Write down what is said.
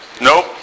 Nope